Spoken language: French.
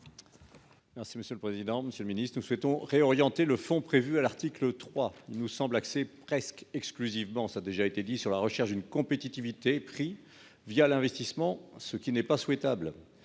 Merci monsieur le président, Monsieur le Ministre, nous souhaitons réorienter le fond prévu à l'article 3 nous semble axée presque exclusivement ça déjà été dit sur la recherche d'une compétitivité prix via l'investissement ce qui n'est pas souhaitable